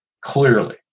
clearly